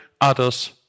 others